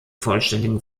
vollständigen